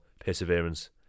perseverance